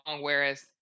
whereas